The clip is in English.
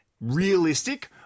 realistic